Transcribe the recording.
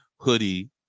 hoodie